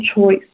choice